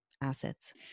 assets